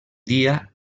dia